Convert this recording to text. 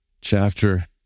chapter